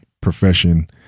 profession